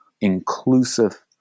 inclusive